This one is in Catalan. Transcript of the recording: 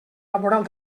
laboral